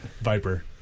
Viper